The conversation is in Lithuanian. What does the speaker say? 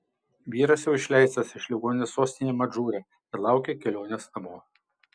vyras jau išleistas iš ligoninės sostinėje madžūre ir laukia kelionės namo